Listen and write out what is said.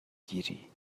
گیری